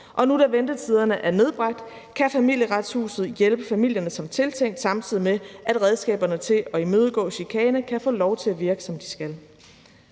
nu da ventetiderne er nedbragt, kan Familieretshuset hjælpe familierne som tiltænkt, samtidig med at redskaberne til at imødegå chikane kan få lov til at virke, som de skal.